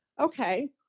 okay